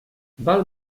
val